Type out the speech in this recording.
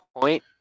point